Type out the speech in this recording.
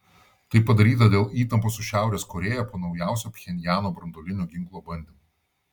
tai padaryta dėl įtampos su šiaurės korėja po naujausio pchenjano branduolinio ginklo bandymo